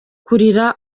kurira